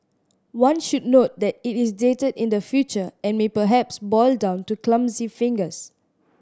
one should note that it is dated in the future and may perhaps boil down to clumsy fingers